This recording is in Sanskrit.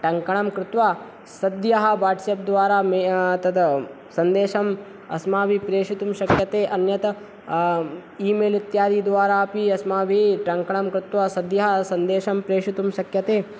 टङ्कणं कृत्वा सद्यः वाट्सप्द्वारा तद् सन्देशम् अस्माभिः प्रेषितुं शक्यते अन्यथा ईमेल् इत्यादि द्वारा अपि अस्माभिः टङ्कणं कृत्वा सद्यः सन्देशं प्रेषितुं शक्यते